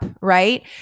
right